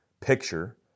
picture